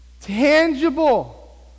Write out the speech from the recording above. tangible